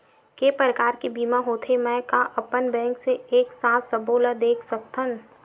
के प्रकार के बीमा होथे मै का अपन बैंक से एक साथ सबो ला देख सकथन?